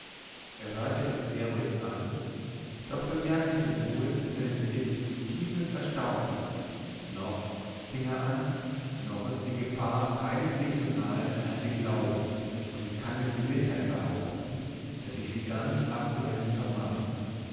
er hörte mich sehr ruhig an doch bemerkte ich wohl in seinem blick tiefes erstaunen noch fing er an noch ist die gefahr keinesweges so nahe als sie glauben und ich kann mit gewißheit behaupten daß ich sie ganz abzuwenden vermag